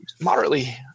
moderately